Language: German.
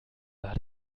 war